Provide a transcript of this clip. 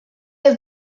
have